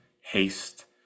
haste